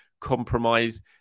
compromise